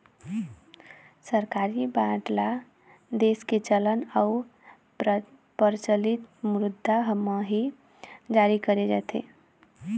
सरकारी बांड ल देश के चलन अउ परचलित मुद्रा म ही जारी करे जाथे